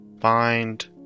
find